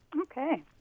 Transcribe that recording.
Okay